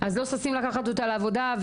אז לא ששים לקחת אותה לעבודה,